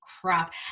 crap